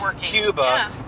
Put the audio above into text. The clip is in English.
Cuba